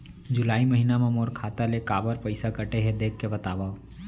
जुलाई महीना मा मोर खाता ले काबर पइसा कटे हे, देख के बतावव?